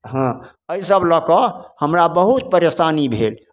हँ एहिसब लऽ कऽ हमरा बहुत परेशानी भेल